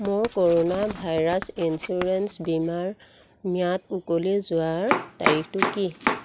মোৰ corona virus insurance বীমাৰ ম্যাদ উকলি যোৱাৰ তাৰিখটো কি